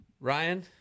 ryan